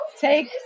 take